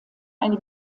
eine